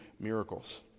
miracles